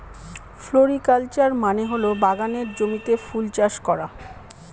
floriculture মানে হল বাগানের জমিতে ফুল চাষ করা